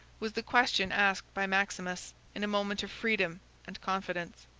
was the question asked by maximus in a moment of freedom and confidence.